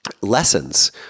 Lessons